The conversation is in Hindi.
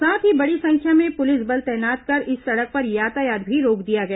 साथ ही बड़ी संख्या में पुलिस बल तैनात कर इस सड़क पर यातायात भी रोक दिया गया